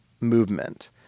movement